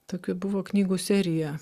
tokia buvo knygų serija